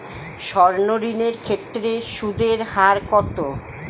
সর্ণ ঋণ এর ক্ষেত্রে সুদ এর হার কত?